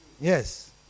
Yes